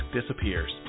disappears